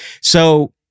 So-